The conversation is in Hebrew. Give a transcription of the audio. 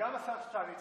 וגם השר שטייניץ,